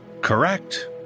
Correct